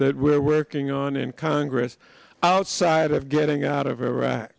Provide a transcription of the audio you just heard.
that we're working on in congress outside of getting out of iraq